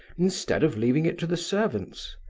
instead of leaving it to the servants.